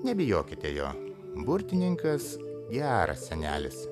nebijokite jo burtininkas geras senelis